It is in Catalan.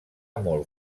molt